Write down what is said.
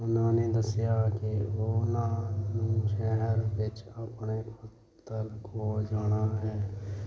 ਉਹਨਾਂ ਨੇ ਦੱਸਿਆ ਕਿ ਉਹਨਾਂ ਨੂੰ ਸ਼ਹਿਰ ਵਿੱਚ ਆਪਣੇ ਪੁੱਤਰ ਕੋਲ ਜਾਣਾ ਹੈ